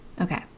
Okay